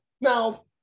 Now